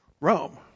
Rome